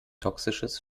toxisches